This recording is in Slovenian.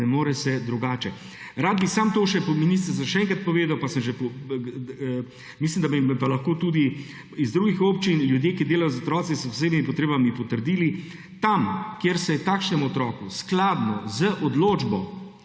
ne more se drugače. Rad bi samo še to, ministrica, še enkrat povedal, mislim, da bi lahko tudi iz drugih občin ljudje, ki delajo z otroki s posebnimi potrebami, potrdili, tam, kjer se je takšnemu otroku skladno z odločbo